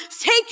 take